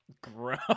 gross